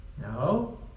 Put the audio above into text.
No